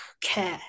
care